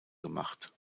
gemacht